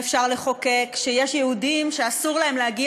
ואפשר לחוקק שיש יהודים שאסור להם להגיע